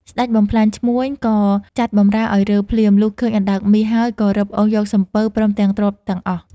ស្ដេចបំផ្លាញឈ្មួញ ក៏ចាត់បម្រើឲ្យរើភ្លាម លុះឃើញអណ្តើកមាសហើយ ក៏រឹបអូសយកសំពៅ ព្រមរបស់ ទ្រព្យទាំងអស់។